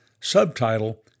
Subtitle